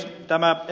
tämä ed